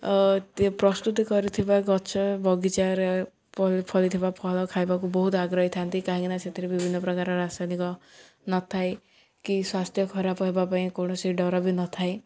ପ୍ରସ୍ତୁତି କରିଥିବା ଗଛ ବଗିଚାରେ ଫଳିଥିବା ଫଳ ଖାଇବାକୁ ବହୁତ ଆଗ୍ରହୀ ଥାଆନ୍ତି କାହିଁକିନା ସେଥିରେ ବିଭିନ୍ନ ପ୍ରକାର ରାସାୟନିକ ନଥାଏ କି ସ୍ୱାସ୍ଥ୍ୟ ଖରାପ ହେବା ପାଇଁ କୌଣସି ଡର ବି ନ ଥାଏ